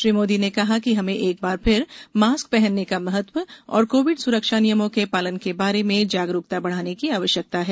श्री मोदी ने कहा कि हमें एक बार फिर मास्क पहनर्ने का महत्व और कोविड सुरक्षा नियमों के पालन के बारे में जागरूकता बढ़ाने की आवश्यकता है